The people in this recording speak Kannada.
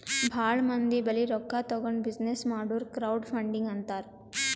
ಭಾಳ ಮಂದಿ ಬಲ್ಲಿ ರೊಕ್ಕಾ ತಗೊಂಡ್ ಬಿಸಿನ್ನೆಸ್ ಮಾಡುರ್ ಕ್ರೌಡ್ ಫಂಡಿಂಗ್ ಅಂತಾರ್